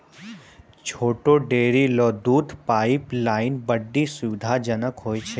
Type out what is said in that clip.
छोटो डेयरी ल दूध पाइपलाइन बड्डी सुविधाजनक होय छै